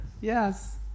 Yes